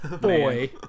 Boy